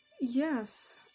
Yes